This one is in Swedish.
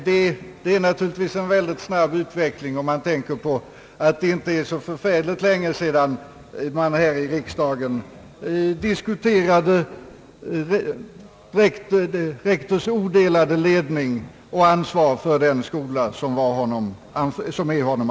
Detta är givetvis en väl digt snabb utveckling om man tänker på att det inte är så länge sedan man här i riksdagen diskuterade rektors odelade ledning och ansvar för den skola som är honom anförtrodd.